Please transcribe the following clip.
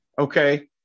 okay